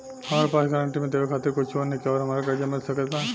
हमरा पास गारंटी मे देवे खातिर कुछूओ नईखे और हमरा कर्जा मिल सकत बा?